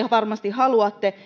varmasti haluatte